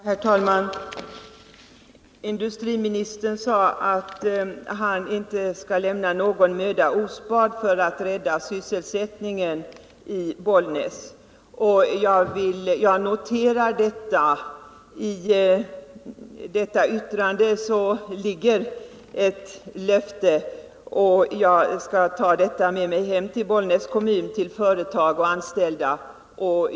Herr talman! Industriministern sade att han inte skall spara någon möda när det gäller att rädda sysselsättningen i Bollnäs. Jag noterar detta. I detta yttrande ligger ett löfte. Jag skall ta detta löfte med mig hem till Bollnäs kommun, företag och anställda.